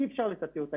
אי אפשר לטאטא אותה,